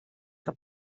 que